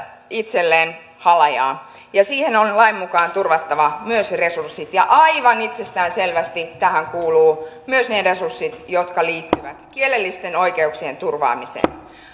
itselleen halajaa ja siihen on lain mukaan turvattava resurssit ja aivan itsestään selvästi tähän kuuluvat myös ne resurssit jotka liittyvät kielellisten oikeuksien turvaamiseen